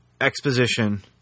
exposition